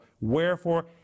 wherefore